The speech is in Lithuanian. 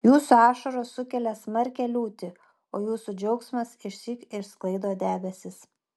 jūsų ašaros sukelia smarkią liūtį o jūsų džiaugsmas išsyk išsklaido debesis